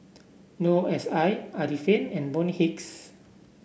Noor S I Arifin and Bonny Hicks